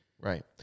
Right